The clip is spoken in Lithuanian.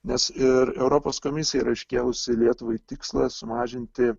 nes ir europos komisija yra iškėlusi lietuvai tikslą sumažinti